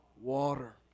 water